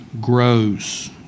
grows